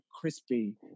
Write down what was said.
crispy